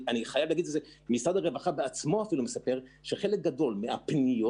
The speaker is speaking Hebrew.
משרד הרווחה בעצמו מספר שחלק גדול מהפניות